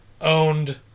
owned